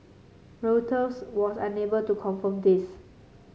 Reuters was unable to confirm this